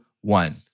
one